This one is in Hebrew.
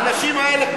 האנשים האלה,